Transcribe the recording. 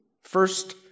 First